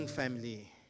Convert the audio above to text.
family